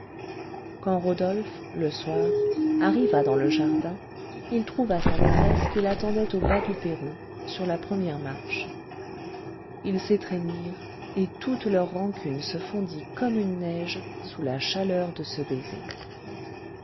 quand rodolphe le soir arriva dans le jardin il trouva sa maîtresse qui l'attendait au bas du perron sur la première marche ils s'étreignirent et toute leur rancune se fondit comme une neige sous la chaleur de ce baiser